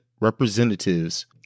representatives